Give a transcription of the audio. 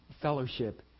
Fellowship